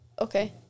Okay